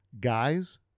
Guys